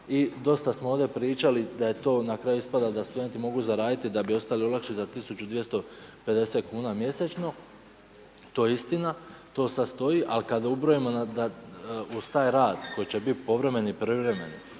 I dosta smo ovdje pričali da je to na kraju ispada da studenti mogu zaraditi da bi ostale olakšice 1250 kuna mjesečno. To je istina, to sada stoji. Ali kada ubrojimo da uz taj rad koji će biti povremeni i privremeni